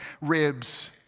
ribs